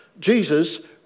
Jesus